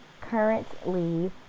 currently